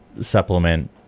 supplement